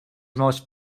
most